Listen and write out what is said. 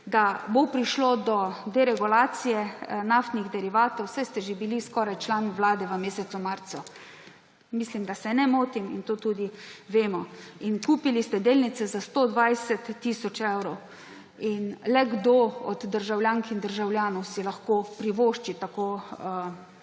da bo prišlo do deregulacije naftnih derivatov, saj ste že bili skoraj član vlade v mesecu marcu. Mislim, da se ne motim, in to tudi vemo. Kupili ste delnice za 120 tisoč evrov. Le kdo od državljank in državljanov si lahko privošči tako